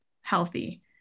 healthy